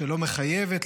שלא מחייבת,